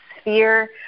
sphere